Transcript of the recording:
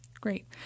great